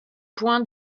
points